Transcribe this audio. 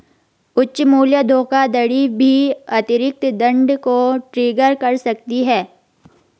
उच्च मूल्य धोखाधड़ी भी अतिरिक्त दंड को ट्रिगर कर सकती है